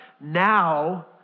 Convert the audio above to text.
now